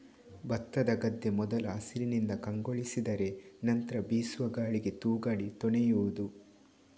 ಭತ್ತದ ಗದ್ದೆ ಮೊದಲು ಹಸಿರಿನಿಂದ ಕಂಗೊಳಿಸಿದರೆ ನಂತ್ರ ಬೀಸುವ ಗಾಳಿಗೆ ತೂಗಾಡಿ ತೊನೆಯುವುದು